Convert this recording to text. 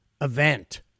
event